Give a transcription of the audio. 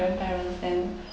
grandparents then